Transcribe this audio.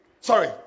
Sorry